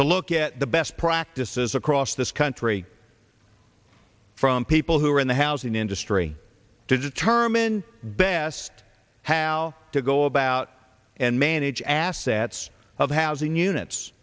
to look at the best practices across this country from people who are in the housing industry to determine best how to go about and manage assets of housing units